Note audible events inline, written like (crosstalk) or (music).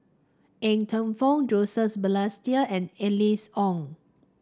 Ng Teng Fong (unintelligible) Balestier and Alice Ong